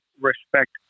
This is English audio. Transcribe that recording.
respect